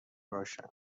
باشند